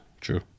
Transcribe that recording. true